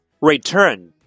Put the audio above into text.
Return